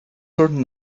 certain